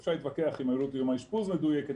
אפשר להתווכח אם עלות האשפוז מדויקת,